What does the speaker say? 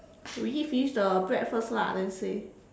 you eat finish the bread first lah then say